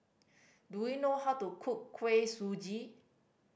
do you know how to cook Kuih Suji